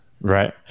right